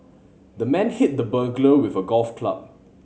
the man hit the burglar with a golf club